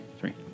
three